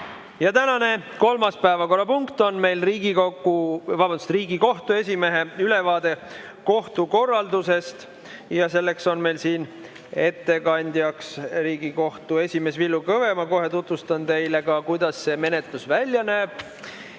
Tänane kolmas päevakorrapunkt on Riigikohtu esimehe ülevaade kohtukorraldusest. Selleks on meil siin ettekandjaks Riigikohtu esimees Villu Kõve. Ma kohe tutvustan teile ka, kuidas see menetlus välja näeb.